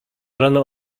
rano